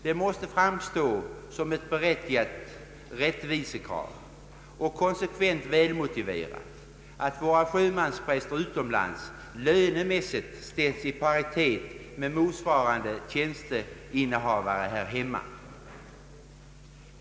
Det måste framstå som ett befogat rättvisekrav och följaktligen välmotiverat, att våra sjömanspräster utomlands lönemässigt ställs i paritet med motsvarande tjänstinnehavare här hemma.